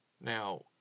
Now